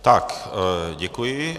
Tak, děkuji.